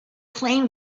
playing